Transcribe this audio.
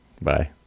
Bye